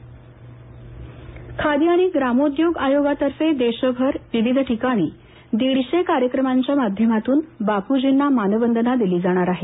खादी ग्रामोद्योग खादी आणि ग्रामोद्योग आयोगातर्फे देशभर विविध ठिकाणी दीडशे कार्यक्रमांच्या माध्यमातून बापूजींना मानवंदना दिली जाणार आहे